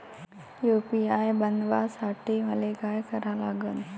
UPI बनवासाठी मले काय करा लागन?